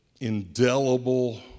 indelible